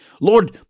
Lord